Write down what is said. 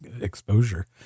exposure